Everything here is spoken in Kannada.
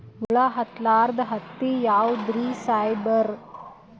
ಹುಳ ಹತ್ತಲಾರ್ದ ಹತ್ತಿ ಯಾವುದ್ರಿ ಸಾಹೇಬರ?